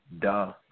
duh